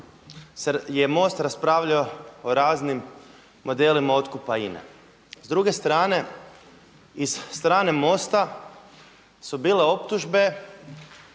je MOST raspravljao o raznim modelima otkupa INAE-e. S druge strane iz strane MOST-a su bile optužbe